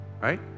right